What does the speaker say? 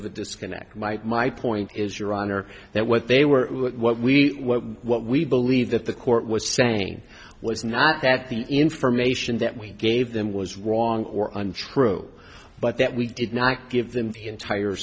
of a disconnect my my point is your honor that what they were what we what we believe that the court was saying was not that the information that we gave them was wrong or untrue but that we did not give them the entire